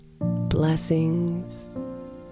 Blessings